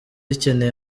ikeneye